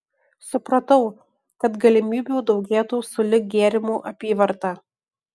supratau kad galimybių daugėtų sulig gėrimų apyvarta